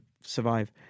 survive